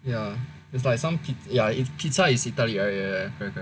ya it's like some ya if pizza is Italy right correct correct